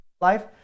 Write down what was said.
life